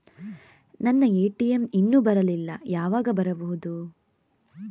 ನನ್ನ ಎ.ಟಿ.ಎಂ ಇನ್ನು ಬರಲಿಲ್ಲ, ಯಾವಾಗ ಬರಬಹುದು?